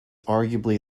arguably